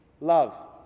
love